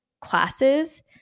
classes